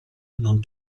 non